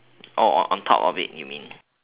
oh on top of it you mean